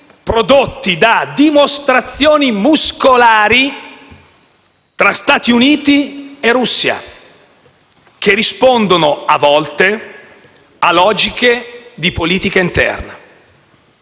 prodotti da dimostrazioni muscolari tra Stati Uniti e Russia che rispondono, a volte, a logiche di politica interna.